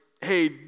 hey